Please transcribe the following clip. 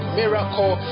miracle